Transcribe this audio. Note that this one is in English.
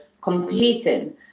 competing